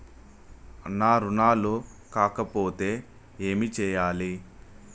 నా రుణాలు కాకపోతే ఏమి చేయాలి?